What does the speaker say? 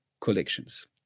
collections